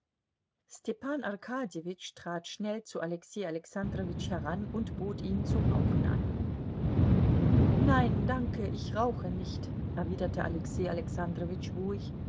arkadjewitsch trat schnell zu alexei alexandrowitsch heran und bot ihm zu rauchen an nein danke ich rauche nicht erwiderte alexei alexandrowitsch ruhig